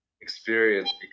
experience